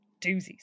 doozies